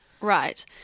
Right